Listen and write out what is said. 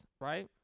right